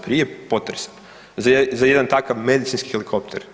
Prije potresa za jedan takav medicinski helikopter.